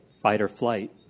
fight-or-flight